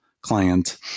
client